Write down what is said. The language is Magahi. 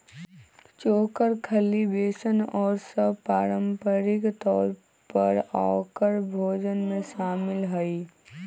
चोकर, खल्ली, बेसन और सब पारम्परिक तौर पर औकर भोजन में शामिल हई